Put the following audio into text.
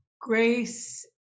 grace